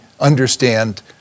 understand